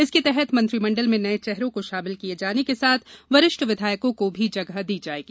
इसके तहत मंत्रिमंडल में नए चेहरों को शामिल किए जाने के साथ वरिष्ठ विधायकों को भी जगह दी जाएगी